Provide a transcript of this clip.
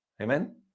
Amen